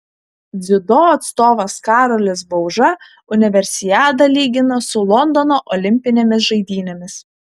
dziudo atstovas karolis bauža universiadą lygina su londono olimpinėmis žaidynėmis